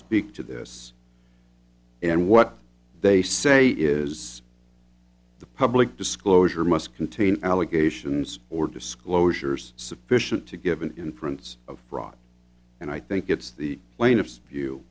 speak to this and what they say is the public disclosure must contain allegations or disclosures sufficient to give an inference of fraud and i think it's the plaintiff's view